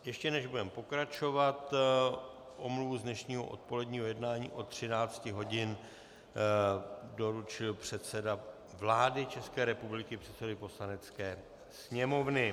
Ještě než budeme pokračovat, omluvu z dnešního odpoledního jednání od 13 hodin doručil předseda vlády České republiky předsedovi Poslanecké sněmovny.